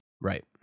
Right